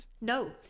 No